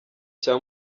cya